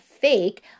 fake